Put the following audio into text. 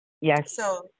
Yes